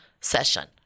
session